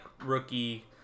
rookie